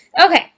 Okay